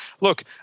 look